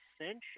essential